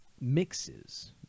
mixes